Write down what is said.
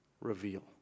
reveal